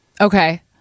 Okay